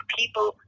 people